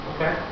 Okay